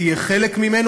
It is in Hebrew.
תהיה חלק ממנו,